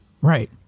Right